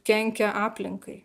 kenkia aplinkai